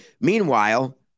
Meanwhile